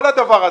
כל הדבר הזה,